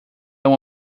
uma